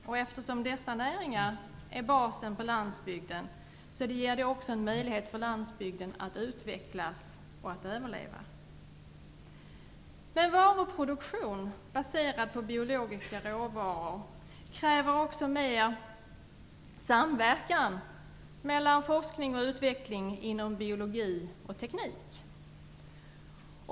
Och eftersom dessa näringar är basen för landsbygden ger de också en möjlighet för landsbygden att utvecklas och att överleva. Men varuproduktion baserad på biologiska råvaror kräver också mer samverkan mellan forskning och utveckling inom biologi och teknik.